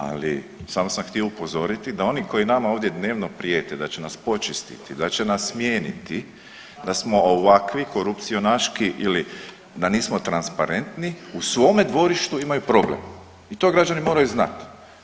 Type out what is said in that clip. Ali samo sam htio upozoriti da oni koji nama ovdje dnevno prijete da će nas počistiti, da će nas smijeniti, da smo ovakvi korupcionaški ili da nismo transparentni u svome dvorištu imaju problem i to građani moraju znati.